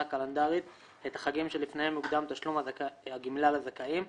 קלנדרית את החגים שלפניהם הוקדם תשלום גמלה לזכאים,